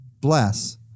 Bless